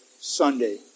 Sunday